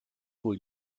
wohl